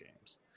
games